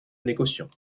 négociants